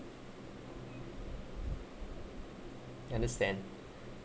understand